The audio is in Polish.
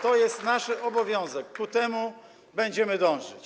To jest nasz obowiązek, ku temu będziemy dążyć.